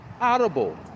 Audible